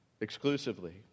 exclusively